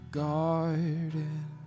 garden